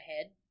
ahead